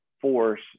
force